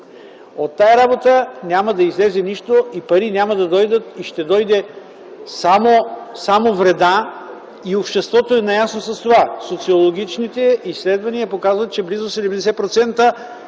От тази работа няма да излезе нищо и пари няма да дойдат, ще дойде само вреда. И обществото е наясно с това. Социологическите изследвания показват, че близо 70%